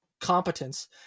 competence